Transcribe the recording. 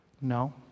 No